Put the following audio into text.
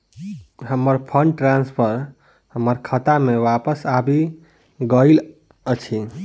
हमर fund transfer हमर खाता मे बापस आबि गइल अछि